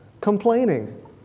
Complaining